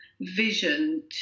vision